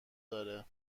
داره